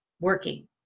working